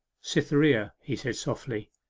cytherea! he said softly.